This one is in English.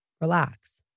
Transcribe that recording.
relax